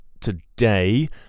today